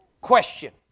Question